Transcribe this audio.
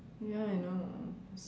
ya I know